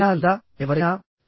అది మీరేనా లేదా మరెవరైనా